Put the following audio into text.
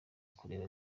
kureba